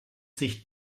sich